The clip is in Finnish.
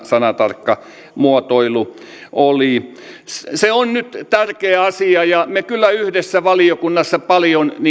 sanatarkka muotoilu oli se on nyt tärkeä asia ja me kyllä yhdessä valiokunnassa paljon